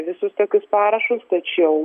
visus tokius parašus tačiau